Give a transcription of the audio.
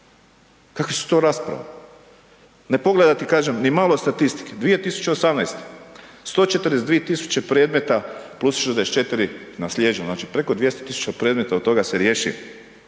kakve su to rasprave? Ne pogledati kažem ni malo statistike. 2018. 142.000 predmeta plus 64 naslijeđena, znači preko 200.000 predmeta od toga se riješi